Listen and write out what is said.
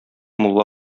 мулла